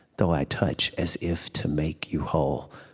though i touch as if to make you whole.